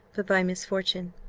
but by misfortune.